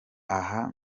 aha